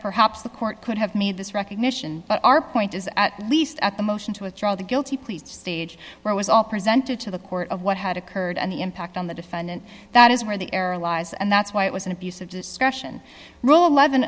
perhaps the court could have made this recognition but our point is at least at the motion to withdraw the guilty pleas to stage where was all presented to the court of what had occurred and the impact on the defendant that is where the error lies and that's why it was an abuse of discretion rule eleven